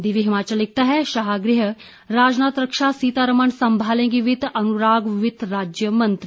दिव्य हिमाचल लिखता है शाह गृह राजनाथ रक्षा सीतारमण संभालेंगी वित्त अनुराग वित्त राज्यमंत्री